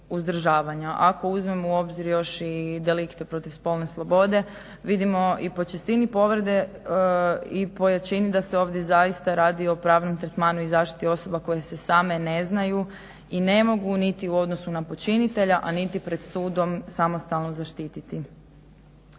Ako uzmemo u obzir još i delikte protiv spolne slobode vidimo i po čistini povrede i po jačini da se ovdje zaista radi o pravnom tretmanu i zaštiti osoba koje se same ne znaju i ne mogu niti u odnosu na počinitelja, a niti pred sudom samostalno zaštititi.